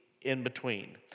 in-between